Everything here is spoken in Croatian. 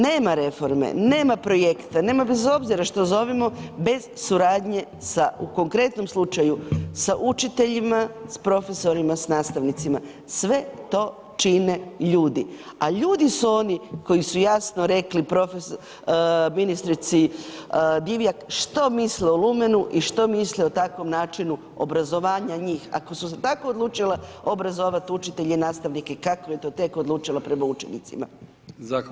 Nema reforme, nema projekta, nema bez obzira što zovemo bez suradnje sa, u konkretnom slučaju, sa učiteljima, s profesorima, s nastavnicima, sve to čine ljudi, a ljudi su oni koji su jasno rekli ministrici Divjak što misle o lumenu i što misle o takvom načinu obrazovanja njih, ako su se tako odlučile obrazovat učitelje i nastavnike, kako bi to tek odlučila prema učenicima.